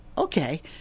okay